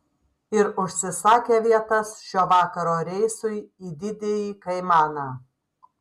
ir užsisakė vietas šio vakaro reisui į didįjį kaimaną